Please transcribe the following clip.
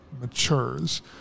matures